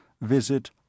visit